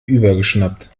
übergeschnappt